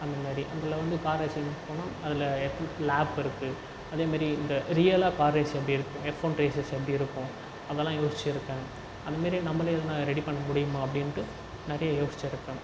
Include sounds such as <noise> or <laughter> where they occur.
அந்த மாதிரி அதில் வந்து கார் ரேஸிங் போகனும் அதில் <unintelligible> லேப் இருக்குது அதே மாதிரி இந்த ரியலாக கார் ரேஸிங் எப்படி இருக்கும் எஃப் ஒன் ரேஸஸ் எப்படி இருக்கும் அதெல்லாம் யோசிச்சிருக்கேன் அந்த மாதிரி நம்மளே எதுனா ரெடி பண்ண முடியுமா அப்படின்ட்டு நிறைய யோசிச்சிருக்கேன்